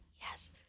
yes